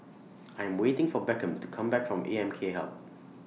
I Am waiting For Beckham to Come Back from A M K Hub